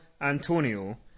Antonio